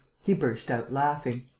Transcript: he burst out laughing